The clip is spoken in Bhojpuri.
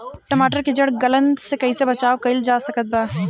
टमाटर के जड़ गलन से कैसे बचाव कइल जा सकत बा?